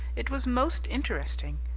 it was most interesting.